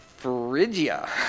Phrygia